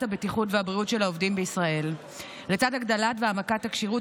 הבטיחות והבריאות של העובדים בישראל לצד הגדלת והעמקת הכשירות